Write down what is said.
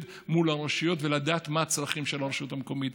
מול הרשויות ולדעת מה הצרכים של הרשות המקומית.